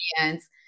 audience